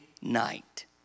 night